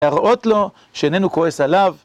להראות לו שאיננו כועס עליו.